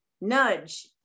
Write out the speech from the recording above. nudge